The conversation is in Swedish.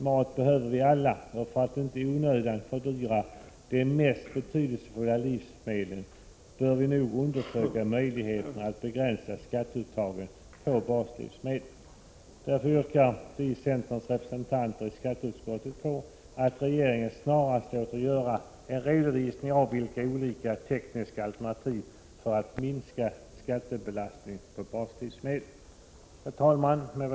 Mat behöver vi alla och för att inte i onödan fördyra de mest betydelsefulla livsmedlen bör vi noga undersöka möjligheterna att begränsa skatteuttagen på baslivsmedlen. Därför yrkar vi som är centerns representanter i skatteutskottet på att regeringen snarast skall låta göra en redovisning av olika tekniska alternativ för att minska skattebelastningen på baslivsmedel. Herr talman! Med vad jag anfört yrkar jag bifall till reservation nr 2. Herr talman!